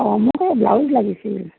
মোক এই ব্লাউজ লাগিছিল